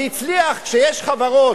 זה הצליח כשיש חברות,